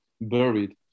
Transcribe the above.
buried